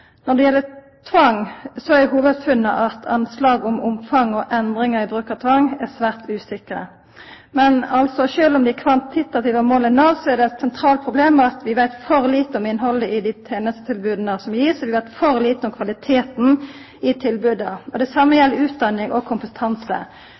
Når det gjeld tvang, er hovudfunna at anslaga om omfanget av tvang og endringar i bruk av tvang er svært usikre. Men sjølv om dei kvantitative måla er nådde, er det eit sentralt problem at vi veit for lite om innhaldet i dei tenestetilboda som blir gitt. Vi veit for lite om kvaliteten i tilboda. Det same